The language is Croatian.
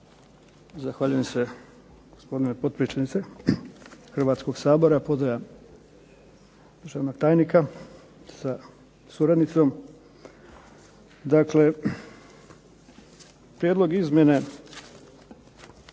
Zahvaljujem se gospodine potpredsjedniče Hrvatskog sabora. Pozdravljam državnog tajnika sa suradnicom. Dakle, prijedlog izmjene